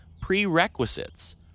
prerequisites